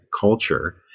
culture